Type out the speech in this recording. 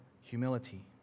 humility